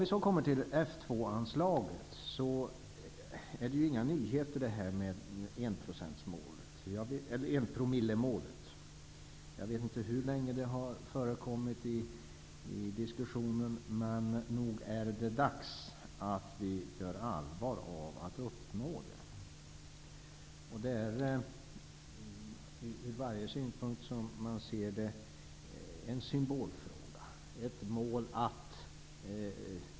Vad gäller F 2-anslaget kan jag säga att 1 promillemålet inte är någon nyhet. Jag vet inte hur länge det har förekommit i diskussionen, men nog är det dags att vi gör allvar av föresatsen att uppnå det. Det är ur varje synpunkt sett en symbolfråga.